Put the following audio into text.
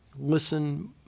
listen